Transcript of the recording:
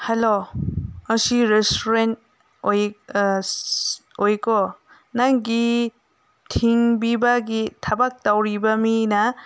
hello ꯑꯁꯤ restaurant ꯑꯣꯏꯀꯣ ꯅꯪꯒꯤ ꯊꯤꯟꯕꯤꯕꯒꯤ ꯊꯕꯛ ꯇꯧꯔꯤꯕ ꯃꯤꯅ